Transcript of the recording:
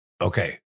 Okay